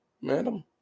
Madam